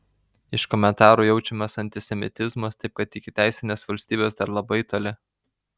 iš komentarų jaučiamas antisemitizmas taip kad iki teisinės valstybės dar labai toli